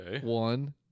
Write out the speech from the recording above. One